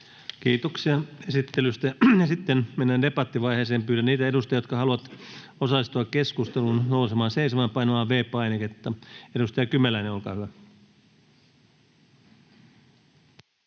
Kiitoksia esittelystä. — Sitten mennään debattivaiheeseen. Pyydän niitä edustajia, jotka haluavat osallistua keskusteluun, nousemaan seisomaan ja painamaan V-painiketta. — Edustaja Kymäläinen, olkaa hyvä.